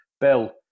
Bill